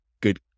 good